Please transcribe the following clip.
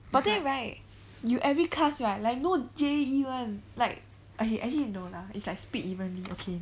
but then right you every class right like no J_A_E [one] like okay actually no lah it's like split evenly okay